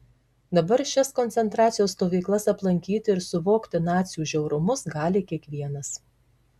dabar šias koncentracijos stovyklas aplankyti ir suvokti nacių žiaurumus gali kiekvienas